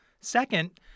Second